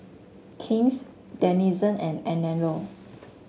King's Denizen and Anello